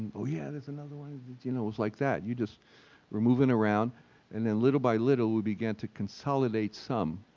oh yeah, there's another one you know, it was like that. you just were moving around and then little by little we began to consolidate some